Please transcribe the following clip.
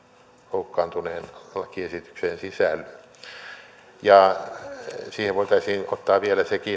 loukkaantuneen lakiesitykseen sisälly siihen voitaisiin ottaa vielä sekin